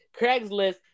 Craigslist